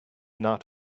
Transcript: not